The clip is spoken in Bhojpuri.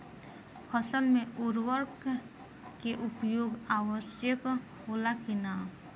फसल में उर्वरक के उपयोग आवश्यक होला कि न?